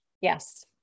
Yes